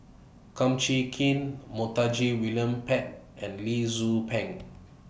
Kum Chee Kin Montague William Pett and Lee Tzu Pheng